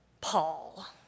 Paul